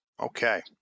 Okay